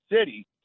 City